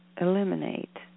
eliminate